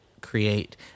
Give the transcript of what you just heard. create